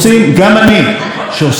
שעוסק הרבה בעניין הזה,